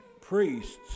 priests